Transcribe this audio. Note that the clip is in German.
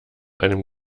einem